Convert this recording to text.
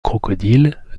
crocodiles